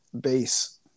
base